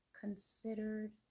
considered